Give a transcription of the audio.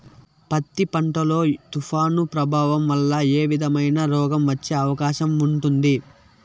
పత్తి పంట లో, తుఫాను ప్రభావం వల్ల ఏ విధమైన రోగం వచ్చే అవకాశం ఉంటుంది?